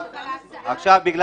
נכון